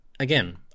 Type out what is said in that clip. Again